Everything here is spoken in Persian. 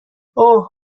اوه